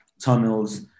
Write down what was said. tunnels